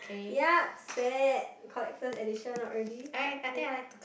yeap sad collector's edition not really but eh